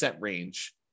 range